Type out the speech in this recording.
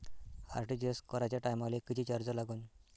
RTGS कराच्या टायमाले किती चार्ज लागन?